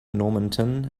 normanton